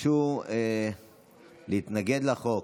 ביקשו להתנגד לחוק